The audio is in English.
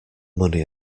money